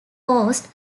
coast